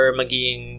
maging